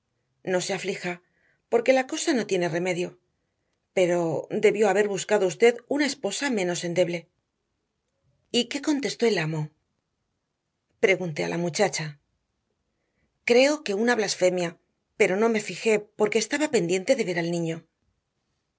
no se aflija porque la cosa no tiene remedio pero debió haber buscado usted una esposa menos endeble y qué contestó el amo pregunté a la muchacha creo que una blasfemia pero no me fijé porque estaba pendiente de ver al niño